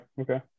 Okay